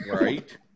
Right